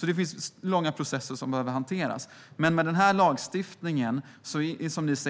Det är alltså långa processer som behöver hanteras. Men när ni säger nej till denna lagstiftning, Roger